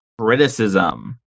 Criticism